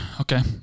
Okay